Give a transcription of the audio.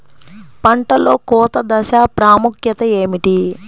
పంటలో కోత దశ ప్రాముఖ్యత ఏమిటి?